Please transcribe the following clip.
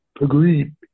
Agreed